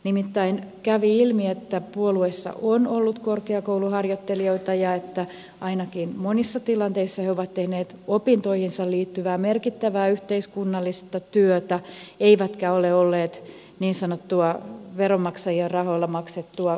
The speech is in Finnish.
nimittäin kävi ilmi että puolueissa on ollut korkeakouluharjoittelijoita ja ainakin monissa tilanteissa he ovat tehneet opintoihinsa liittyvää merkittävää yhteiskunnallista työtä eivätkä ole olleet niin sanottua veronmaksajien rahoilla maksettua kampanjaväkeä